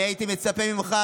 אני הייתי מצפה ממך,